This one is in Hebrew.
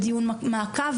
ודיון מעקב,